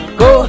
go